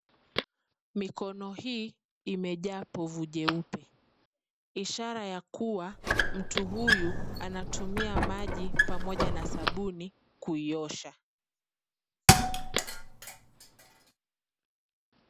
Mikono hii imejaa povu jeupe ishara ya kuwa mtu huyu anatumia maji pamoja na sabuni kuiosha.